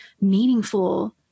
meaningful